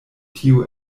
tio